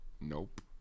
nope